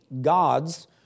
gods